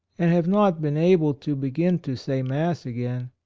and have not been able to begin to say mass again.